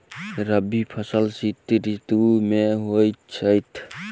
रबी फसल शीत ऋतु मे होए छैथ?